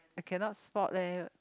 I cannot spot leh